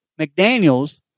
McDaniels